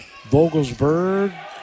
Vogelsberg